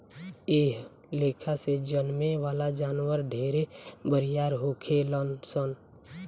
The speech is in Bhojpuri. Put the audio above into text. एह लेखा से जन्में वाला जानवर ढेरे बरियार होखेलन सन